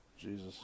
jesus